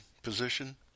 position